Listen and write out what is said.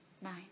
nine